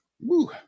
woo